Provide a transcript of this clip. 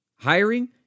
Hiring